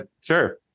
sure